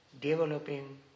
developing